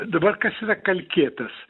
dabar kas yra kalkėtas